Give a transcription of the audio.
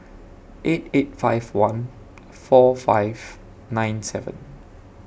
eight eight five one four five nine seven